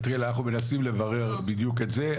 כתריאל, אנחנו מנסים לברר בדיוק את זה.